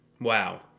Wow